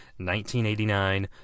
1989